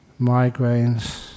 migraines